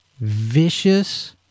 vicious